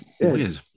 weird